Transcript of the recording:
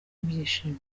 ibyishimo